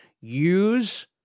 use